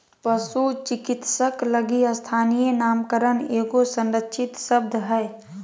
पशु चिकित्सक लगी स्थानीय नामकरण एगो संरक्षित शब्द हइ